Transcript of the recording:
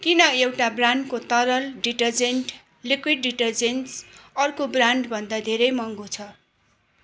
किन एउटा ब्रान्डको तरल डिटरजेन्ट लिक्विड डिटरजेन्टस् अर्को ब्रान्डभन्दा धेरै महँगो छ